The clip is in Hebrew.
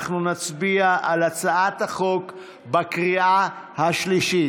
אנחנו נצביע על הצעת החוק בקריאה השלישית.